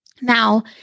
Now